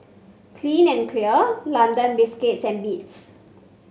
clean and Clear London Biscuits and Beats